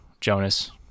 Jonas